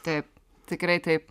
taip tikrai taip